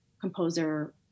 composer